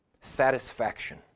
satisfaction